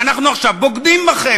ואנחנו עכשיו בוגדים בכם,